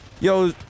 Yo